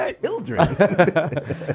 children